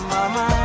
Mama